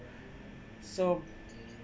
so